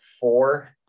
four